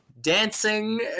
dancing